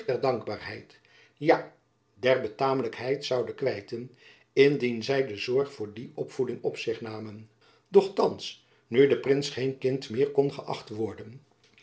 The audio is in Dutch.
dankbaarheid ja der betamelijkheid zouden kwijten indien zy de zorg voor die opvoeding op zich namen doch thands nu de prins geen kind meer kon geacht worden